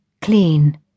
Clean